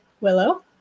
Willow